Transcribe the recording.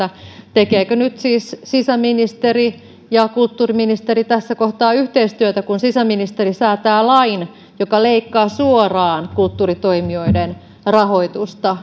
tekevätkö nyt siis sisäministeri ja kulttuuriministeri tässä kohtaa yhteistyötä kun sisäministeri säätää lain joka leikkaa suoraan kulttuuritoimijoiden rahoitusta